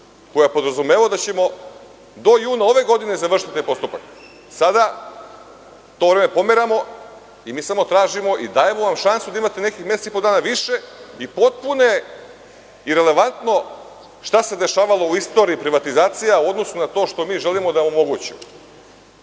je podrazumevao da ćemo do juna ove godine završiti taj postupak. Sada to vreme pomeramo i mi samo tražimo i dajemo vam šansu da imate neki mesec i po dana više. Potpuno je irelevantno šta se dešavalo u istoriji privatizacije u odnosu na to što mi želimo da omogućimo. Danas